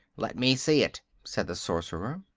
let me see it, said the sorcerer.